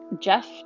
Jeff